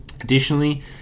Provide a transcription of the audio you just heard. Additionally